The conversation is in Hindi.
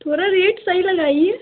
थोड़ा रेट सही लगाइए